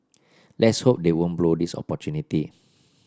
let's hope they won't blow this opportunity